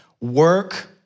work